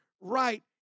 right